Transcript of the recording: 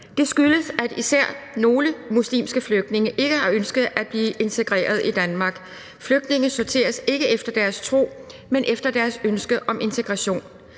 Det skyldes, at især nogle muslimske flygtninge ikke har ønsket at blive integreret i Danmark. Flygtninge sorteres ikke efter deres tro, men efter deres ønske om integration.